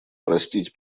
простить